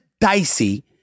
dicey